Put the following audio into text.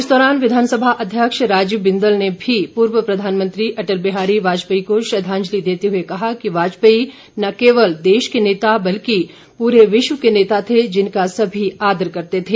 इस दौरान विधानसभा अध्यक्ष राजीव बिंदल ने भी पूर्व प्रधानमंत्री अटल बिहारी वाजपेयी को श्रद्वांजलि देते हुए कहा कि वाजपेयी न केवल देश के नेता बल्कि पूरे विश्व के नेता थे जिनका सभी आदर करते थे